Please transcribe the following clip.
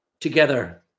together